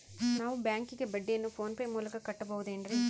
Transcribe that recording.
ನಾವು ಬ್ಯಾಂಕಿಗೆ ಬಡ್ಡಿಯನ್ನು ಫೋನ್ ಪೇ ಮೂಲಕ ಕಟ್ಟಬಹುದೇನ್ರಿ?